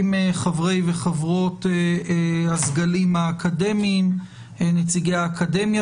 אם חברי וחברות הסגלים האקדמיים נציגי האקדמיה